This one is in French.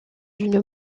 une